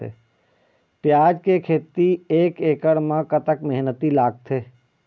प्याज के खेती एक एकड़ म कतक मेहनती लागथे?